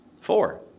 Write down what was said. Four